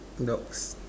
dogs